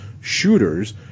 shooters